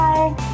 Bye